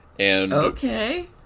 Okay